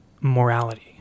morality